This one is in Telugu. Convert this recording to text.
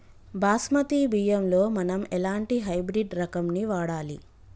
బాస్మతి బియ్యంలో మనం ఎలాంటి హైబ్రిడ్ రకం ని వాడాలి?